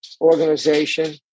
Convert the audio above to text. organization